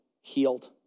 healed